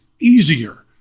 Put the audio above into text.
easier